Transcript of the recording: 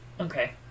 Okay